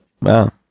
Wow